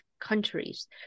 countries